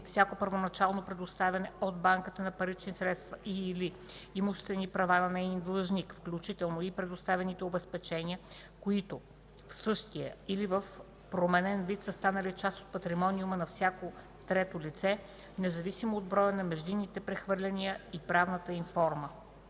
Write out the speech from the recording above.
всяко първоначално предоставяне от банката на парични средства и/или имуществени права на неин длъжник, включително и предоставените обезпечения, които в същия или в променен вид са станали част от патримониума на всяко трето лице, независимо от броя на междинните прехвърляния и правната им форма.”